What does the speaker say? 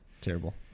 Terrible